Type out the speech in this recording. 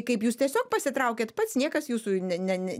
kaip jūs tiesiog pasitraukėt pats niekas jūsų ne ne ne